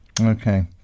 Okay